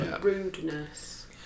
rudeness